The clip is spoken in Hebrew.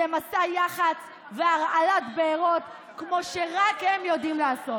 זה מסע יח"צ והרעלת בארות כמו שרק הם יודעים לעשות,